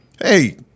hey